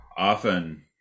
Often